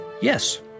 Yes